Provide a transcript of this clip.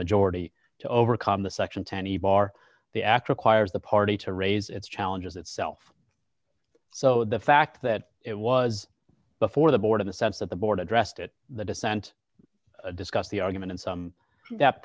majority to overcome the section tenney bar the act requires the party to raise its challenges itself so the fact that it was before the board in the sense that the board addressed it the dissent discussed the argument in some